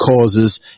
causes